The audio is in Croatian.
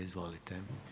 Izvolite.